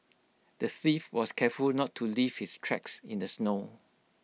the thief was careful not to leave his tracks in the snow